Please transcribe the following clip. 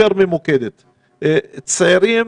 צעירים